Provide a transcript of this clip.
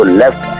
left